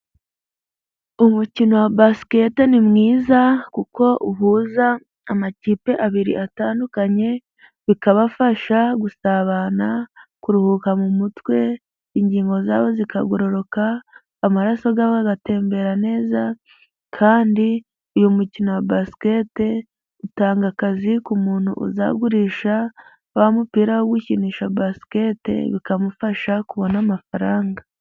Umukino wa basikete ni mwiza kuko uhuza amakipe abiri atandukanye ,bikabafasha gusabana ,kuruhuka mu mutwe ,ingingo zabo zikagororoka ,amaraso agatembera neza . Kandi uyu mukino wa basikete ,utanga akazi ku muntu uzagurisha wa mupira wo gukinisha basikete ,bikamufasha kubona amafaranga.